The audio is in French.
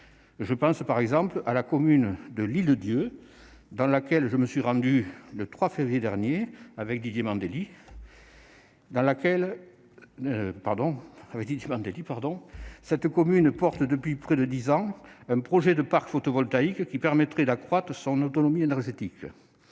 Tel est le cas de la commune de L'Île-d'Yeu, dans laquelle je me suis rendue le 3 février dernier avec Didier Mandelli : elle porte depuis près de dix ans un projet de parc photovoltaïque qui permettrait d'accroître son autonomie énergétique.